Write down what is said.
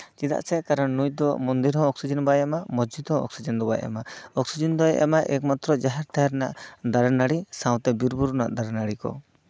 ᱪᱮᱫᱟᱜ ᱥᱮ ᱱᱩᱭ ᱫᱚ ᱢᱚᱱᱫᱤᱨ ᱦᱚᱸ ᱚᱠᱥᱤᱡᱮᱱ ᱵᱟᱭ ᱮᱢᱟ ᱢᱚᱥᱡᱤᱫ ᱦᱚᱸ ᱚᱠᱥᱤᱡᱮᱱ ᱫᱚ ᱵᱟᱭ ᱮᱢᱟ ᱚᱠᱥᱤᱡᱮᱱ ᱫᱚᱭ ᱮᱢᱟ ᱮᱠ ᱢᱟᱛᱨᱚ ᱡᱟᱦᱮᱨ ᱛᱷᱟᱱ ᱨᱮᱱᱟᱜ ᱫᱟᱨᱮ ᱱᱟᱹᱲᱤ ᱥᱟᱶᱛᱮ ᱵᱤᱨ ᱵᱩᱨᱩ ᱨᱮᱱᱟᱜ ᱫᱟᱨᱮ ᱱᱟᱹᱲᱤ ᱠᱚ